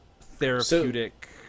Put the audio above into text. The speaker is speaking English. therapeutic